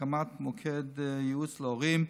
הקמת מוקד ייעוץ להורים,